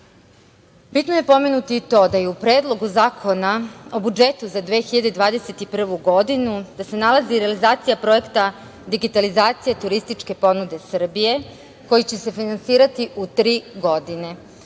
Bitno je pomenuti i to da se u Predlogu zakona o budžetu za 2021. godinu nalazi realizacija projekta digitalizacije turističke ponude Srbije koji će se finansirati u tri godine. Ono